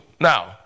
Now